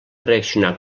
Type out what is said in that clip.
reaccionar